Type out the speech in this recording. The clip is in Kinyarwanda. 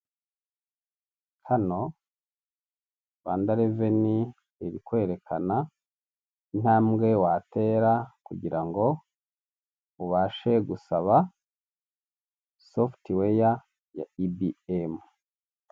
Hano Rwanda reveni iri kwerekana intambwe watera kugira ngo ubashe gusaba sofutiweya ya ibi emu.